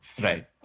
Right